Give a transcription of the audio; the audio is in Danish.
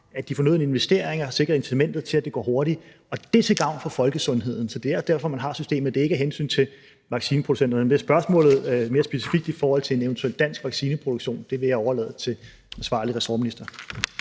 at de fornødne investeringer sikrer incitamentet til, at det går hurtigt, og det er til gavn for folkesundheden. Det er derfor, man har systemet; det er ikke af hensyn til vaccineproducenterne. Men spørgsmålet mere specifikt i forhold til en eventuel dansk vaccineproduktion vil jeg overlade til den ansvarlige ressortminister.